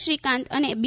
શ્રીકાંત અને બી